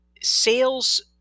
sales